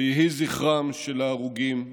ויהי זכרם של ההרוגים ברוך.